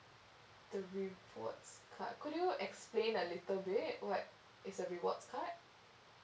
the rewards card could you explain a little bit what is a rewards card